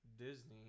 Disney